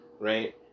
right